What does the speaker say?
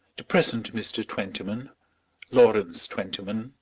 the present mr. twentyman lawrence twentyman,